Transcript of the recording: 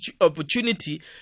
opportunity